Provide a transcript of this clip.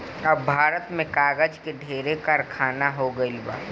अब भारत में कागज के ढेरे कारखाना हो गइल बा